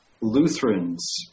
Lutherans